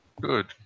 good